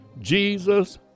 Jesus